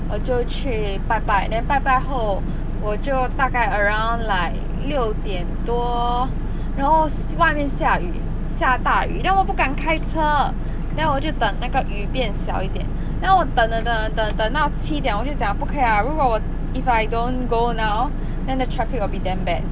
我就去拜拜 then 拜拜后我就大概 around like 六点多然后外面下雨下大雨 then 我不敢开车 then 我就等那个雨变小一点 then 我等了等等等等到七点我就讲不可以呀如果我 if I don't go now then the traffic will be damn bad